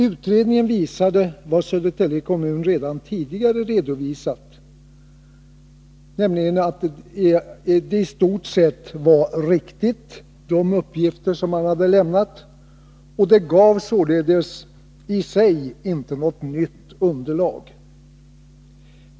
Utredningen visade att de uppgifter som Södertälje kommun redan tidigare redovisat i stort sett var riktiga och gav således inte i sig något nytt underlag.